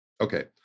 Okay